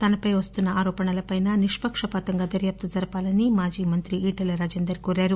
తనపై వస్తున్న ఆరోపణలపైనిష్పకపాతంగా దర్యాప్తు జరపాలని మాజీ మంత్రి ఈటల రాజేందర్ కోరారు